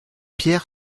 pierre